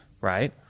right